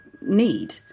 need